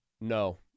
No